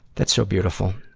that's so beautiful.